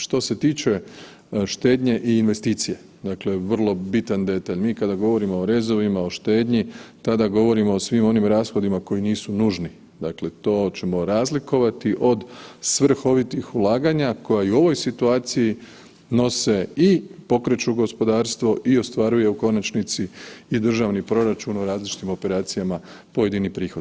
Što se tiče štednje i investicije, dakle vrlo bitan detalj, mi kada govorimo o rezovima o štednji, tada govorimo o svim onim rashodima koji nisu nužni, dakle to ćemo razlikovati od svrhovitih ulaganja koja i u ovoj situaciji nose i pokreću gospodarstvo i ostvaruje u konačnici i državni proračun o različitim operacijama pojedinih prihod.